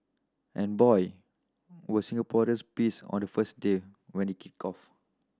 and boy were Singaporeans pissed on the first day when it kicked off